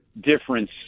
difference